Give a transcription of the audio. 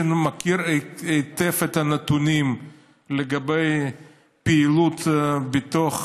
שאני מכיר היטב את הנתונים לגבי פעילות בתוך